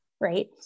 Right